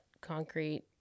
concrete